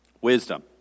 Wisdom